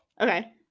okay